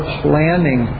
planning